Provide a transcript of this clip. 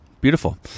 beautiful